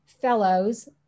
fellows